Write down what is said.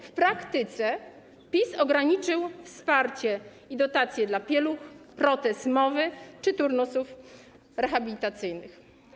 W praktyce PiS ograniczył wsparcie i dotacje w przypadku pieluch, protez mowy czy turnusów rehabilitacyjnych.